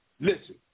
Listen